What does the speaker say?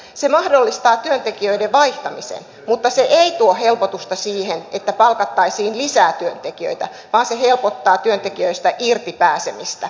se mahdollistaa työntekijöiden vaihtamisen mutta se ei tuo helpotusta siihen että palkattaisiin lisää työntekijöitä vaan se helpottaa työntekijöistä irti pääsemistä